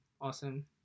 awesome